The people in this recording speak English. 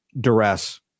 duress